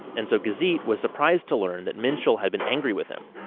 and so busy was surprised to learn that minshall had been angry with him.